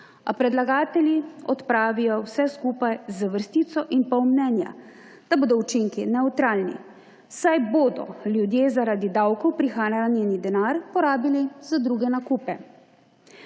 a predlagatelji odpravijo vse skupaj z vrstico in pol mnenja, da bodo učinki nevtralni, saj bodo ljudje zaradi davkov prihranjeni denar porabili za druge nakupe.